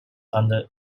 under